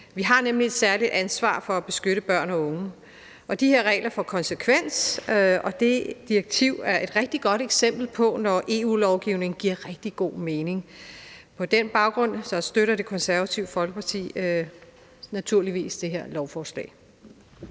Vi har nemlig et særligt ansvar for at beskytte børn og unge, og de her regler får en konsekvens, og direktivet er et rigtig godt eksempel på, når EU-lovgivningen giver rigtig god mening. På den baggrund støtter Det Konservative Folkeparti naturligvis det her lovforslag.